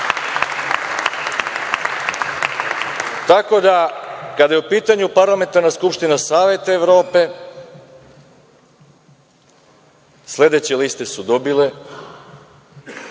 Tako da, kada je u pitanju Parlamentarna skupština Saveta Evrope, sledeće liste su dobile